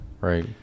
Right